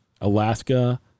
Alaska